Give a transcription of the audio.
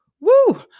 Woo